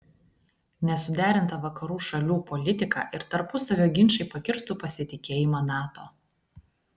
nesuderinta vakarų šalių politika ir tarpusavio ginčai pakirstų pasitikėjimą nato